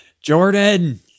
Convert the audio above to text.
Jordan